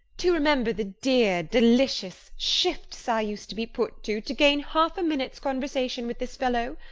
to remember the dear delicious shifts i used to be put to, to gain half a minute's conversation with this fellow!